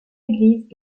églises